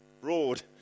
broad